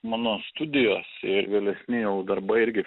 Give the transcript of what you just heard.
mano studijos ir vėlesni jau darbai irgi